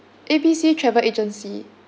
A B C travel agency